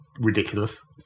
ridiculous